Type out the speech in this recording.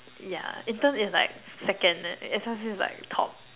yeah intern is like second and S_L_C is like top